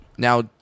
Now